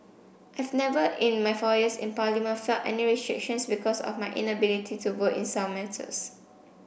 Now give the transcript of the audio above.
I've never in my four years in Parliament felt any restrictions because of my inability to vote in some matters